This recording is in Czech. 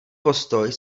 postoj